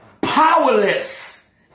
powerless